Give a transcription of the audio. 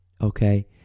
okay